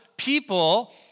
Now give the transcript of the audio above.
people